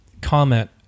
comment